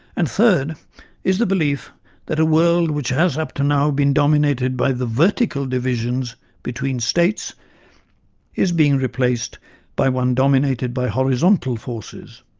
and third is the belief that a world which has up to now been dominated by the vertical divisions between states is being replaced by one dominated by horizontal forces,